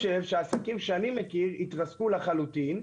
העסקים שאני מכיר יתרסקו לחלוטין.